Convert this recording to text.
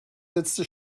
letzte